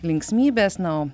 linksmybės na o